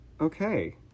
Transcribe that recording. okay